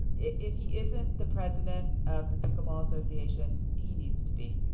if he isn't the president of the pickle-ball association, he needs to be.